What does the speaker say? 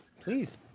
Please